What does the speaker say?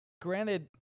Granted